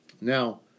Now